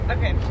Okay